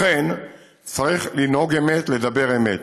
לכן, צריך לנהוג אמת, לדבר אמת.